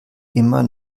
immer